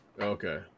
Okay